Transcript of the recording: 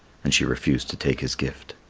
and she refused to take his gift.